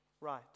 right